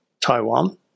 Taiwan